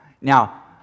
now